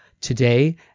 today